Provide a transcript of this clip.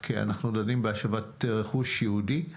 אנחנו דנים בהשבת רכוש יהודי.